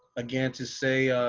again, to say